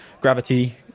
Gravity